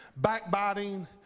backbiting